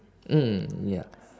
mm ya